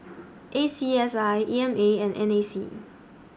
A C S I E M A and N A C